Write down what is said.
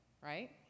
right